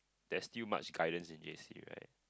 there's still much guidance in J_C right